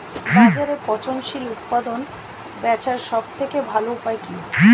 বাজারে পচনশীল উৎপাদন বেচার সবথেকে ভালো উপায় কি?